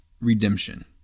redemption